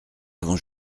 avons